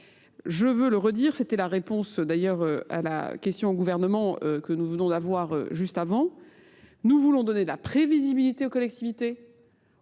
Je veux le redire, c'était la réponse d'ailleurs à la question au gouvernement que nous venons d'avoir juste avant. Nous voulons donner de la prévisibilité aux collectivités.